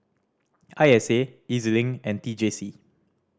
I S A E Z Link and T J C